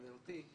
גבירתי,